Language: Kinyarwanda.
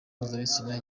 mpuzabitsina